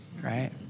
right